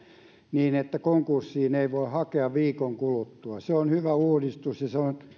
niin että konkurssiin ei voi hakea viikon kuluttua se on hyvä uudistus ja se on